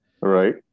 Right